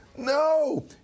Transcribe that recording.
No